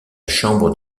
chambre